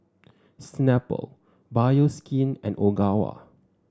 Snapple Bioskin and Ogawa